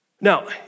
Now